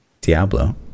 Diablo